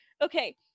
Okay